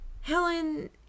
Helen